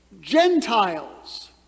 Gentiles